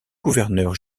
gouverneurs